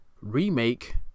remake